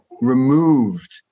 removed